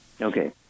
Okay